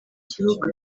kibuga